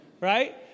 right